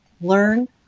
learn